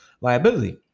liability